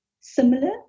similar